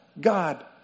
God